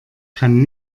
kann